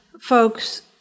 folks